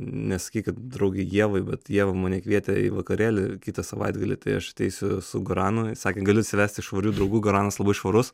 nesakykit draugei ievai bet ieva mane kvietė į vakarėlį kitą savaitgalį tai aš ateisiu su goranu sakė gali atsivesti švarių draugų goranas labai švarus